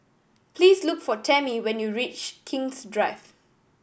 please look for Tammy when you reach King's Drive